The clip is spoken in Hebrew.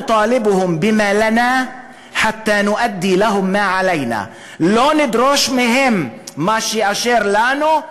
(אומר בערבית: לא נדרוש מהם את אשר לנו,